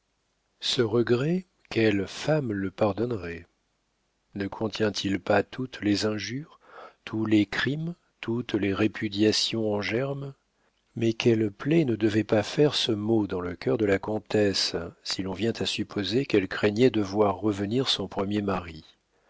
ce regret quelle femme le pardonnerait ne contient il pas toutes les injures tous les crimes toutes les répudiations en germe mais quelle plaie ne devait pas faire ce mot dans le cœur de la comtesse si l'on vient à supposer qu'elle craignait de voir revenir son premier mari